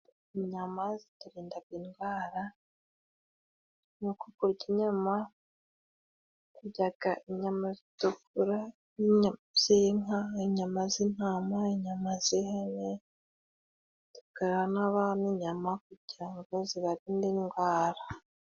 Inyama ziturindaga indwara. Muri uko kurya inyama, turyaga inyama zitukura, inyama z'inka, inyama z'intama, inyama z'ihene, tugaha n'abana inyama kugira ngo zibarinde indwara.